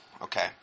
Okay